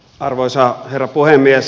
arvoisa herra puhemies